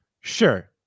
Sure